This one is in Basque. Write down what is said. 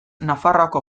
nafarroako